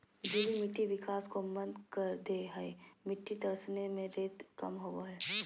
गीली मिट्टी विकास को मंद कर दे हइ मिटटी तरसने में रेत कम होबो हइ